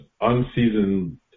unseasoned